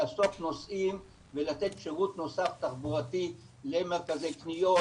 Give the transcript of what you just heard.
לאסוף נוסעים ולתת שירות תחבורתי נוסף למרכזי קניות,